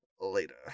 Later